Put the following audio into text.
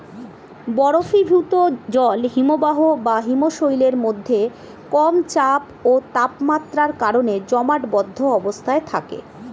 বরফীভূত জল হিমবাহ বা হিমশৈলের মধ্যে কম চাপ ও তাপমাত্রার কারণে জমাটবদ্ধ অবস্থায় থাকে